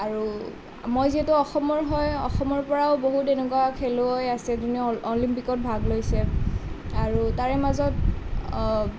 আৰু মই যিহেতু অসমৰ হয় অসমৰ পৰাও বহুত এনেকুৱা খেলুৱৈ আছে যোনে অলিম্পিকত ভাগ লৈছে আৰু তাৰে মাজত